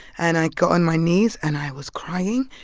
and i got on my knees, and i was crying.